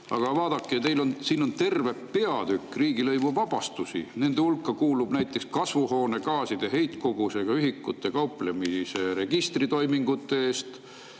Aga vaadake, siin on terve peatüki jagu riigilõivust vabastusi, nende hulka kuulub näiteks kasvuhoonegaaside heitkoguse ühikutega kauplemise registritoimingute eest